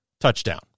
touchdown